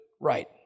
right